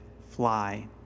fly